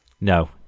No